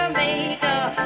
makeup